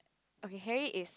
okay Harry is